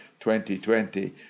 2020